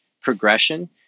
progression